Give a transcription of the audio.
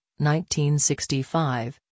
1965